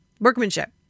Workmanship